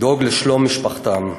לדאוג לשלום משפחתם.